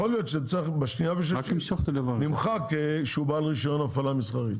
יכול להיות שאז נמחק את זה שהוא בעל רישיון הפעלה מסחרי.